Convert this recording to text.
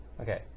Okay